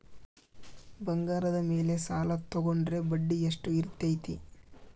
ಬಂಗಾರದ ಮೇಲೆ ಸಾಲ ತೋಗೊಂಡ್ರೆ ಬಡ್ಡಿ ಎಷ್ಟು ಇರ್ತೈತೆ?